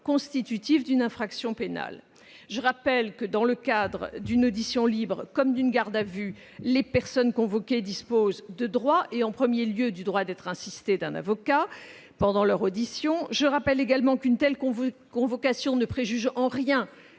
constitutifs d'une infraction pénale. Je rappelle que, dans le cadre d'une audition libre comme d'une garde à vue, les personnes convoquées disposent de droits, et en premier lieu de celui d'être assisté d'un avocat pendant leur audition. Je rappelle également qu'une telle convocation ne préjuge en rien